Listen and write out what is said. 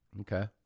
Okay